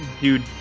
dude